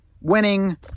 winning